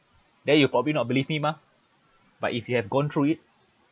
then you'll probably not believe me mah but if you have gone through it